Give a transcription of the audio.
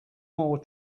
more